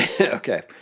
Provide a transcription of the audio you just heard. Okay